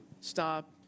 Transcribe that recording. stop